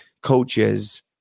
coaches